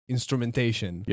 Instrumentation